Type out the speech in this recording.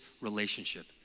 relationship